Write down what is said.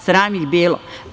Sram ih bilo.